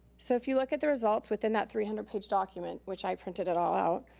so if you look at the results within that three hundred page document, which i printed it all out,